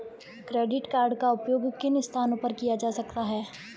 Credit card का उपयोग किन स्थानों पर किया जा सकता है?